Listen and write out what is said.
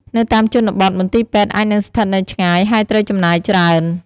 នៅតាមជនបទ មន្ទីរពេទ្យអាចនឹងស្ថិតនៅឆ្ងាយ ហើយត្រូវចំណាយច្រើន។